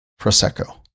Prosecco